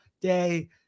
day